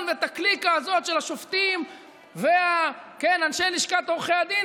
ואת הקליקה הזאת של השופטים ואת אנשי לשכת עורכי הדין,